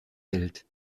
welt